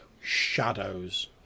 shadows